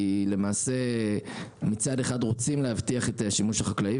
כי מצד אחד להבטיח את שימוש החקלאים,